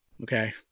Okay